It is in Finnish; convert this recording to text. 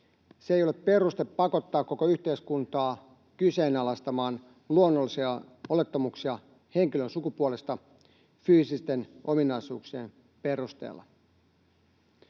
se ei ole peruste pakottaa koko yhteiskuntaa kyseenalaistamaan luonnollisia olettamuksia henkilön sukupuolesta fyysisten ominaisuuksien perusteella.